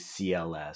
CLS